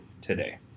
today